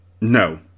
No